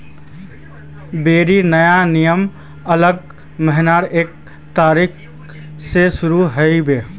सेबीर नया नियम अगला महीनार एक तारिक स शुरू ह बे